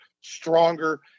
stronger